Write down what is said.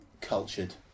cultured